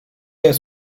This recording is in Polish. jest